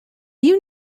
you